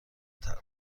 تلخ